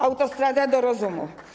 Autostrada do rozumu.